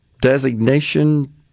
designation